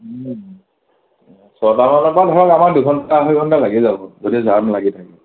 ছয়টা মানৰ পৰা ধৰক আমাৰ দুঘণ্টা আঢ়ৈ ঘণ্টা লাগি যাব যদি জাম লাগি থাকে